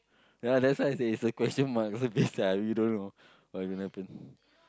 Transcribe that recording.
ya that's why I say it's a question mark it's a you don't know what can happen